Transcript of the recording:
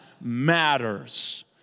matters